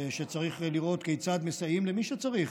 שצריך לראות כיצד מסייעים למי שצריך